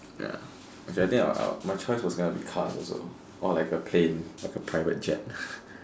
ya which I think I I my choice was going to be cars also or like a plane a private jet